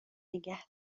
نگه